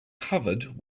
covered